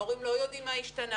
ההורים לא יודעים מה השתנה,